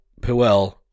Puel